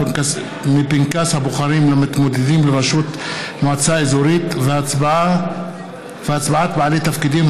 מפנקס הבוחרים למתמודדים לראשות מועצה אזורית והצבעת בעלי תפקידים),